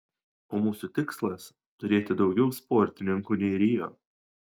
o mūsų tikslas turėti daugiau sportininkų nei rio